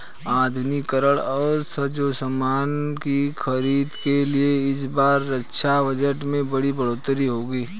आधुनिकीकरण और साजोसामान की खरीद के लिए इस बार रक्षा बजट में बड़ी बढ़ोतरी होगी